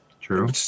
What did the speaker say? True